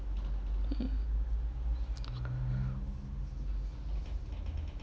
mm